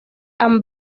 and